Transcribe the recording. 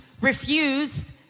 refused